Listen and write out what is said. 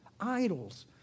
idols